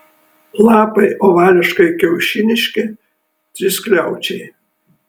lapai ovališkai kiaušiniški triskiaučiai